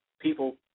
People